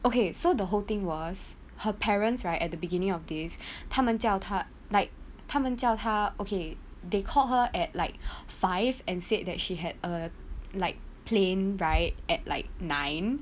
okay so the whole thing was her parents right at the beginning of this 他们叫她 like 他们叫她 okay they called her at like five and said that she had a like plane ride at like nine